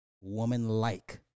Woman-like